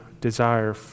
desire